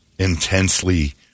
intensely